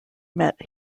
met